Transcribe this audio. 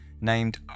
named